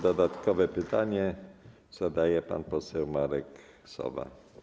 Dodatkowe pytanie zadaje pan poseł Marek Sowa.